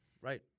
Right